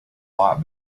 lot